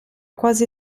quasi